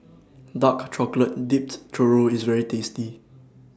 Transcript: Dark Chocolate Dipped Churro IS very tasty